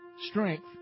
strength